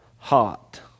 Hot